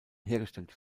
hergestellt